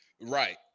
Right